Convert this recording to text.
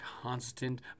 constant